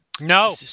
No